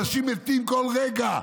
אנשים מתים כל רגע,